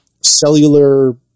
cellular